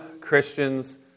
Christians